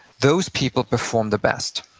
those people perform the best